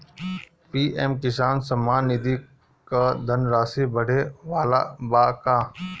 PM Kisan Samman Nidhi क धनराशि बढ़े वाला बा का?